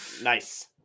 Nice